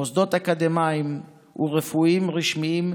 ומוסדות אקדמיים ורפואיים רשמיים,